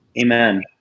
Amen